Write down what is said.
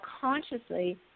consciously